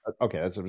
okay